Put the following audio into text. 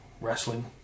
wrestling